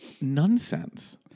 Nonsense